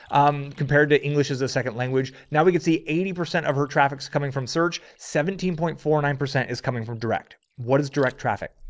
um, compared to english as a second language. now we can see eighty percent of her traffic's coming from search. seventeen point four, nine percent is coming from direct. what is direct traffic?